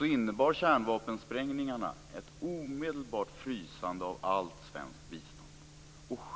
innebar kärnvapensprängningarna en omedelbar frysning av allt svenskt bistånd.